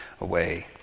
away